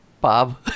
Bob